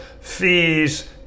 fees